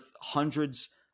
hundreds